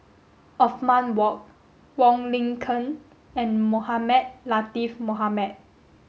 Othman Wok Wong Lin Ken and Mohamed Latiff Mohamed